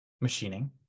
machining